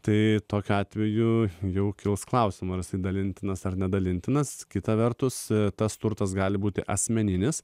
tai tokiu atveju jau kils klausimas dalintinas ar ne dalintinas kita vertus tas turtas gali būti asmeninis